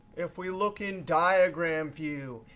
if we look in diagram view,